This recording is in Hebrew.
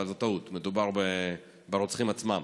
אבל זאת טעות מדובר ברוצחים עצמם,